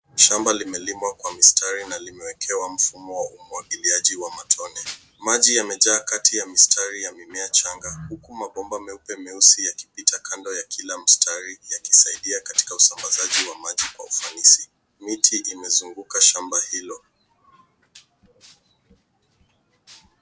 Shamba limelimwa kwa mistari na limewekewa mfumo wa umwagiliaji wa matone. Maji yamejaa kati ya mistari ya mimea changa huku mabomba meupe meusi yakipita kando ya kila mstari yakisaidia katika usambazaji wa maji kwa ufanisi. Miti imezunguka shamba hilo.